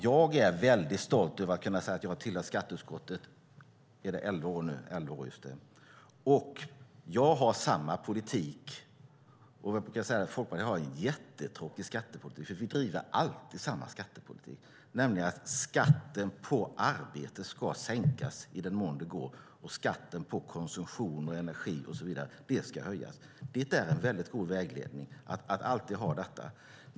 Jag är mycket stolt över att kunna säga att jag sedan elva år sitter i skatteutskottet, och jag har samma politik. Jag brukar säga att Folkpartiet har en mycket tråkig skattepolitik eftersom vi alltid driver samma skattepolitik, nämligen att skatten på arbete ska sänkas i den mån det går och att skatten på konsumtion, energi och så vidare ska höjas. Det är en mycket god vägledning.